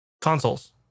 consoles